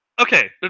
Okay